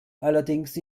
allerdings